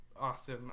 awesome